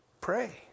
pray